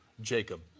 Jacob